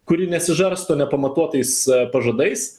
kuri nesižarsto nepamatuotais pažadais